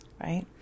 right